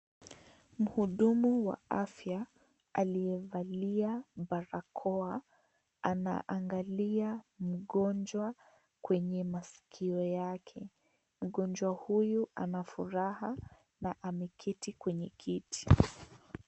Mhudumu wa afya aliyevalia barakoa anaangalia mgonjwa kwenye masikio yake. Mgonjwa huyu ana furaha na ameketi kwenye kiti.